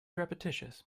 repetitious